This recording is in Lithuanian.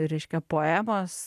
reiškia poemos